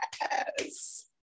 Yes